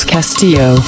Castillo